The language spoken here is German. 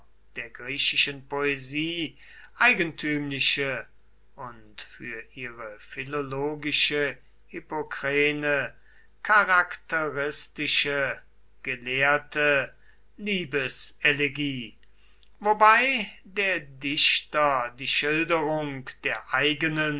der griechischen poesie eigentümliche und für ihre philologische hippokrene charakteristische gelehrte liebeselegie wobei der dichter die schilderung der eigenen